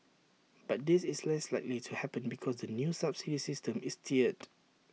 but this is less likely to happen because the new subsidy system is tiered